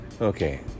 Okay